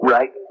Right